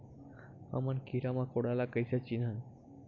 हमन कीरा मकोरा ला कइसे चिन्हन?